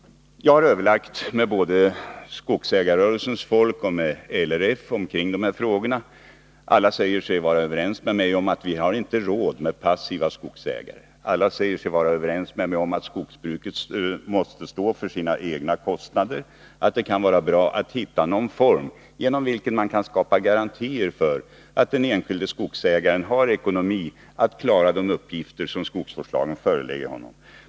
Jag har överlagt både med skogsägarrörelsens folk och med LRF i de här frågorna. Alla säger sig vara överens med mig om att vi inte har råd med passiva skogsägare. Och alla säger sig vara överens med mig om att skogsbruket måste stå för sina egna kostnader och att det kan vara bra att hitta ett sätt att skapa garantier för att den enskilde skogsägaren har ekonomi att klara de uppgifter som skogsvårdslagen förelägger honom.